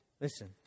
Listen